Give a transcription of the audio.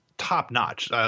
top-notch